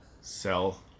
Sell